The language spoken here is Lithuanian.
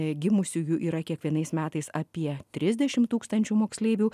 gimusiųjų yra kiekvienais metais apie trisdešim tūkstančių moksleivių